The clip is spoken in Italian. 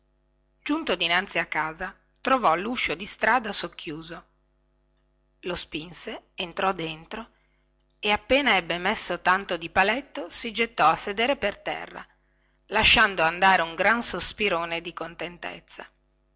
giunto dinanzi a casa trovò luscio di strada socchiuso lo spinse entrò dentro e appena ebbe messo tanto di paletto si gettò a sedere per terra lasciando andare un gran sospirone di contentezza